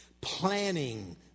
planning